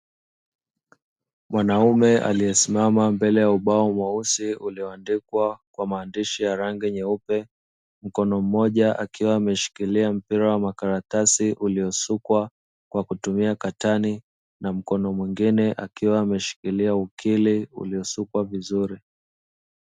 Mwanaume aliyesimama mbele ya ubao mweusi ulioandikwa kwa maandishi ya rangi nyeupe, mkono mmoja akiwa ameshikilia mpira wa makaratasi uliosukwa kwa kutumia katani, na mkono mwingine akiwa ameshikilia ukili uliosukwa vizuri.